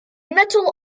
metal